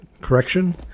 correction